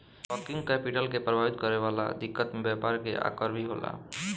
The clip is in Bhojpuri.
वर्किंग कैपिटल के प्रभावित करे वाला दिकत में व्यापार के आकर भी होला